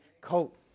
coat